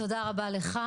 תודה רבה לך.